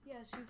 Yes